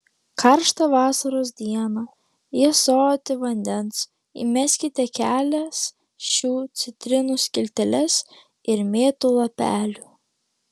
karštą vasaros dieną į ąsotį vandens įmeskite kelias šių citrinų skilteles ir mėtų lapelių